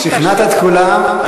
שכנעת את כולם,